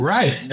Right